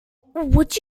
would